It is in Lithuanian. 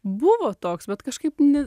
buvo toks bet kažkaip ne